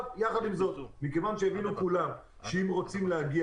יחד עם זאת מכיוון שכולם הבינו שאם רוצים להגיע